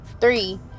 three